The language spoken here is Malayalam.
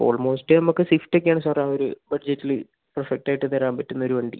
ഓൾമോസ്റ്റ് നമുക്ക് സ്വിഫ്റ്റ് ഒക്കെ ആണ് സാർ ആ ഒരു ബഡ്ജറ്റിൽ പെർഫെക്റ്റ് ആയിട്ട് തരാൻ പറ്റുന്ന ഒരു വണ്ടി